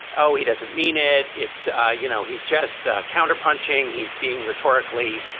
oh, he doesn't mean it. it's ah you know, he's just counterpunching. he's being rhetorically,